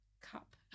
cup